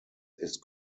ist